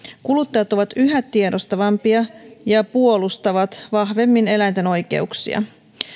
kuluttajat ovat yhä tiedostavampia ja puolustavat vahvemmin eläinten oikeuksia